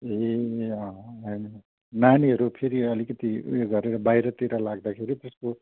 ए अँ होइन नानीहरू फेरि अलिकति उयो गरेर बाहिरतिर लाग्दाखेरि त्यस्तो